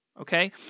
okay